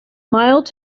mild